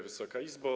Wysoka Izbo!